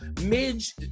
Midge